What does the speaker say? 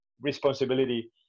responsibility